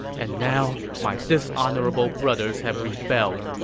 and now, my dishonorable brothers have rebelled,